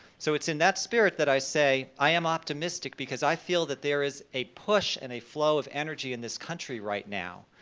so it's in that spirit that i say, i am optimistic because i feel that there is a push and a flow of energy in this country right now.